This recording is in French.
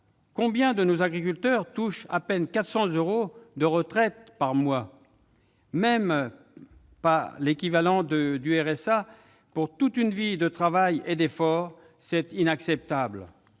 Combien de nos agriculteurs touchent à peine 400 euros de retraite par mois ? Même pas l'équivalent du RSA pour toute une vie de travail et d'efforts. C'est inacceptable